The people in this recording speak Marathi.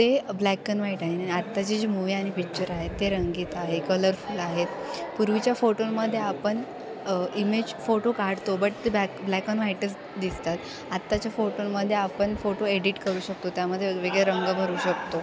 ते ब्लॅक अँड व्हाईट आहे आ आत्ताची जी मूवी आणि पिक्चर आहे ते रंगीत आहे कलरफुल आहेत पूर्वीच्या फोटोंमध्ये आपण इमेज फोटो काढतो बट ते बॅक ब्लॅक आणि व्हाईटच दिसतात आत्ताच्या फोटोंमध्ये आपण फोटो एडिट करू शकतो त्यामध्ये वेगवेगळे रंग भरू शकतो